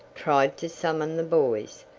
tried to summon the boys.